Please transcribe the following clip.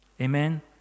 Amen